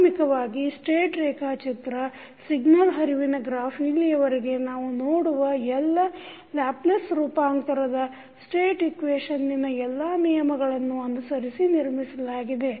ಪ್ರಾಥಮಿಕವಾಗಿ ಸ್ಟೇಟ್ ರೇಖಾಚಿತ್ರ ಸಿಗ್ನಲ್ ಹರಿವಿನ ಗ್ರಾಫ್ ಇಲ್ಲಿಯವರೆಗೆ ನಾವು ನೋಡುವ ಎಲ್ಲ ಲ್ಯಾಪ್ಲೇಸ್ ರೂಪಾಂತರದ ಸ್ಟೇಟ್ ಇಕ್ವೇಶನ್ನಿನ ಎಲ್ಲಾ ನಿಯಮಗಳನ್ನು ಅನುಸರಿಸಿ ನಿರ್ಮಿಸಲಾಗಿದೆ